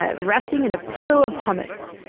ah resting in a pillow of hummus.